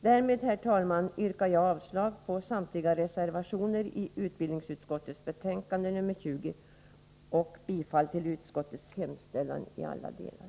Därmed, herr talman, yrkar jag avslag på samtliga reservationer i utbildningsutskottets betänkande nr 20 och bifall till utskottets hemställan i alla delar.